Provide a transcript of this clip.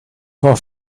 for